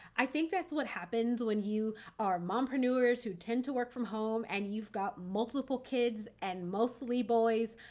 i think that's what happens when you are mompreneurs who tend to work from home and you've got multiple kids and mostly boys.